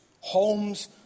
homes